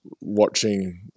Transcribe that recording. watching